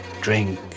Drink